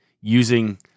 using